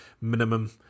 minimum